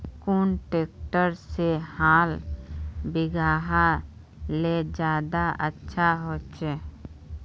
कुन ट्रैक्टर से हाल बिगहा ले ज्यादा अच्छा होचए?